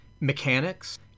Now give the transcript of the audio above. mechanics